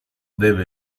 deve